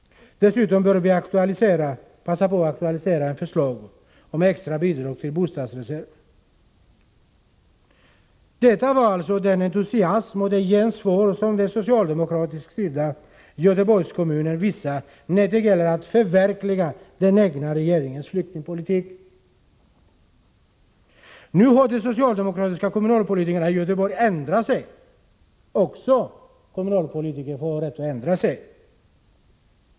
Dessutom bör vi passa på att aktualisera ett förslag om extra bidrag till bostadsersättning. Detta var alltså den entusiasm och det gensvar som den socialdemokratiskt styrda Göteborgs kommun visat när det gällt att förverkliga den egna regeringens flyktingpolitik. Nu har de socialdemokratiska kommunalpolitikerna i Göteborg ändrat sig —- också kommunalpolitiker har rätt att ändra sig.